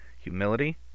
humility